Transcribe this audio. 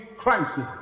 crisis